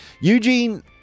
Eugene